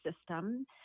system